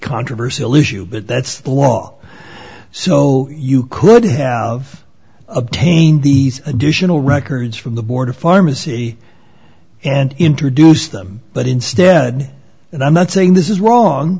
controversy leaves you but that's the law so you could have obtained these additional records from the board of pharmacy and introduce them but instead and i'm not saying this is wrong